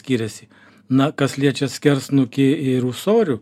skiriasi na kas liečia skersnukį ir ūsorių